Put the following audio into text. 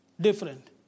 different